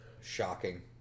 shocking